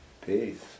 Peace